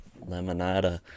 lemonade